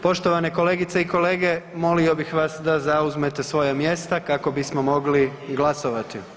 Poštovane kolegice i kolege, molio bih vas da zauzmete svoja mjesta kako bismo mogli glasovati.